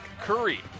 curry